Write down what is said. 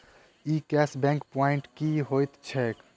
ई cashback point की होइत छैक?